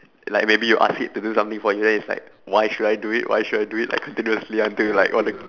like maybe you ask it to do something for you then it's like why should I do it why should I do it like continuously until you like want to